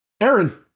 Aaron